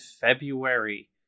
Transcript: February